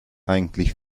eigentlich